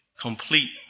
complete